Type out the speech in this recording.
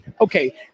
okay